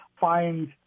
find